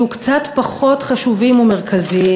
יהיו קצת פחות חשובים ומרכזיים,